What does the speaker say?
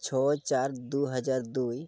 ᱪᱷᱚᱭ ᱪᱟᱨ ᱫᱩᱦᱟᱡᱟᱨ ᱫᱩᱭ